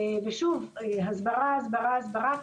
שוב - הסברה, הסברה, הסברה.